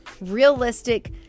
realistic